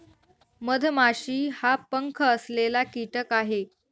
मधमाशी हा पंख असलेला कीटक आहे